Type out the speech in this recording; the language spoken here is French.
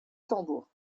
tambour